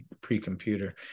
pre-computer